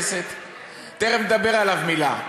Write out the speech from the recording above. תכף נדבר עליו מילה.